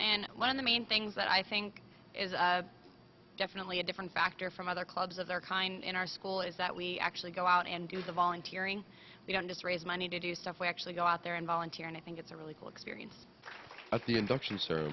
and one of the main things that i think is definitely a different factor from other clubs of their kind in our school is that we actually go out and do the volunteering we don't just raise money to do stuff we actually go out there and volunteer and i think it's a really cool experience